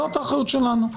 זאת האחריות שלנו.